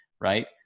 Right